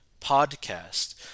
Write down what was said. podcast